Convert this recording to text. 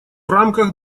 рамках